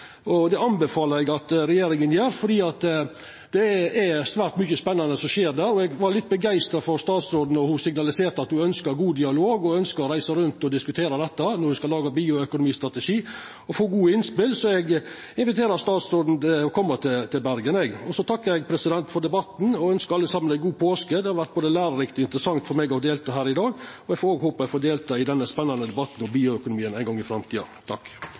og marin næring. Det anbefaler eg at regjeringa gjer, for det er svært mykje spennande som skjer der, og eg vart litt begeistra over statsråden då ho signaliserte at ho ønskte god dialog, og at ho ønskte å reisa rundt og diskutera dette og få gode innspel når ho skal laga bioøkonomistrategi. Så eg inviterer statsråden til Bergen. Så vil eg takka for debatten og ønskja alle saman ei god påske. Det har vore både lærerikt og interessant for meg å delta her i dag, og eg håpar eg òg får delta i den spennande debatten om bioøkonomi ein gong i framtida.